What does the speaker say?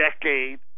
decade